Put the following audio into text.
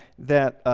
that